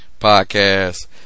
podcast